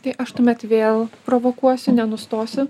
tai aš tuomet vėl provokuosiu nenustosiu